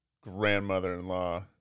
grandmother-in-law